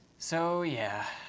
so, yeah.